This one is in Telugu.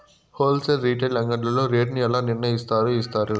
హోల్ సేల్ రీటైల్ అంగడ్లలో రేటు ను ఎలా నిర్ణయిస్తారు యిస్తారు?